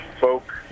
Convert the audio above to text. folk